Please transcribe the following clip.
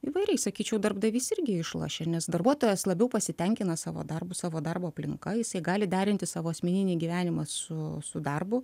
įvairiai sakyčiau darbdavys irgi išlošia nes darbuotojas labiau pasitenkina savo darbu savo darbo aplinka jisai gali derinti savo asmeninį gyvenimą su su darbu